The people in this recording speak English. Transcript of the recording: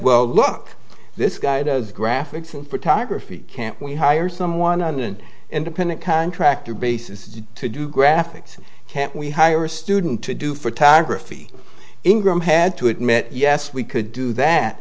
well look this guy does graphics and photography can't we hire someone on an independent contractor basis to do graphics can't we hire a student to do photography ingram had to admit yes we could do that